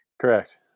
correct